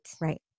Right